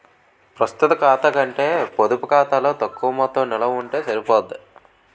ప్రస్తుత ఖాతా కంటే పొడుపు ఖాతాలో తక్కువ మొత్తం నిలవ ఉంటే సరిపోద్ది